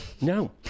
no